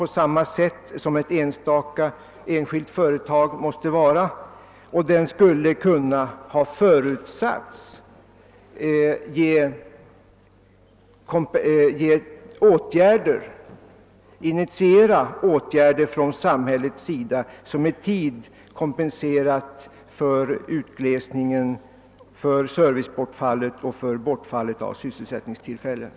De statliga verkens rationaliseringsverksamhet, som berört tusentals människor, skulle kunna ha förutsatts initiera åtgärder från samhället som i tid kompenserat för utglesningen, servicebortfallet och bortfallet av sysselsättningstillfällen.